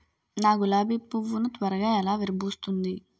నా గులాబి పువ్వు ను త్వరగా ఎలా విరభుస్తుంది?